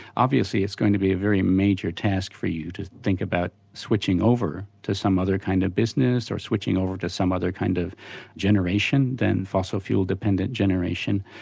obviously it's going to be a very major task for you to think about switching over to some other kind of business or switching over to some other kind of generation than fossil fuel dependent generation,